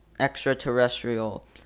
extraterrestrial